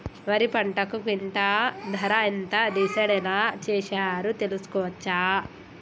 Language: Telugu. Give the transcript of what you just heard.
వరి పంటకు క్వింటా ధర ఎంత డిసైడ్ ఎలా చేశారు తెలుసుకోవచ్చా?